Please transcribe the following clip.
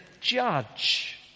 judge